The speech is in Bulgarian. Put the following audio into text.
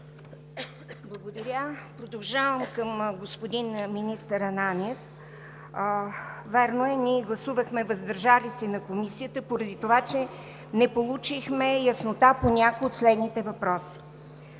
Благодаря. Продължавам към господин министър Ананиев. Вярно е, ние гласувахме „въздържал се“ на Комисията, поради това че не получихме яснота по някои от следните въпроси: